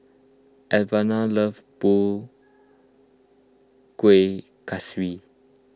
Alvera loves Kueh Kaswi